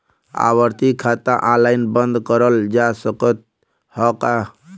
आवर्ती खाता ऑनलाइन बन्द करल जा सकत ह का?